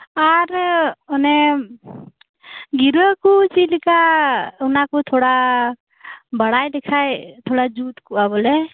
ᱟᱨ ᱚᱱᱮᱻ ᱜᱤᱨᱟᱹᱠᱩ ᱪᱮᱫᱞᱮᱠᱟ ᱚᱱᱟᱠᱩ ᱛᱷᱚᱲᱟ ᱵᱟᱲᱟᱭ ᱞᱮᱠᱷᱟᱡ ᱛᱷᱚᱲᱟ ᱡᱩᱛ ᱠᱚᱜ ᱟ ᱵᱚᱞᱮ